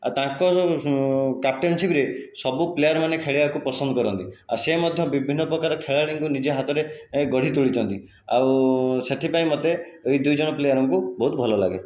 ଆଉ ତାଙ୍କ କ୍ୟାପିଟେନସିପରେ ସବୁ ପ୍ଳେୟାରମାନେ ଖେଳିବାକୁ ପସନ୍ଦ କରନ୍ତି ଆଉ ସେ ମଧ୍ୟ ବିଭିନ୍ନ ପ୍ରକାର ଖେଳାଳିଙ୍କୁ ନିଜ ହାତରେ ଏ ଗଢ଼ି ତୋଳିଥାନ୍ତି ଆଉ ସେଥିପାଇଁ ମୋତେ ଏଇ ଦୁଇଜଣ ପ୍ଲେୟାରଙ୍କୁ ବହୁତ ଭଲଲାଗେ